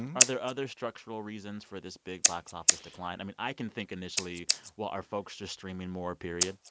and are there other structural reasons for this big box-office decline? i mean, i can think initially well, are folks just streaming more, period?